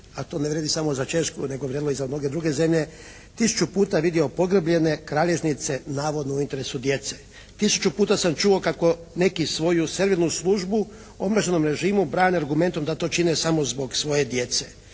a to ne vrijedi samo za Češku nego je vrijedilo i za mnoge druge zemlje, tisuću puta vidio pogrbljene kralježnice navodno u interesu djece. Tisuću puta sam čuo kako neki svoju … /Govornik se ne razumije./ … službu u omraženom režimu brane argumentom da čine samo zbog svoje djece